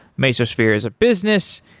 mesosphere is a business,